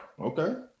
okay